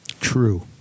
true